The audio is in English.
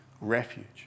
refuge